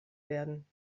werden